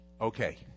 Okay